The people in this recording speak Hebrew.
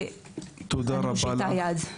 אני מושיטה יד.